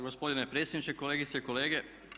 Gospodine predsjedniče, kolegice i kolege.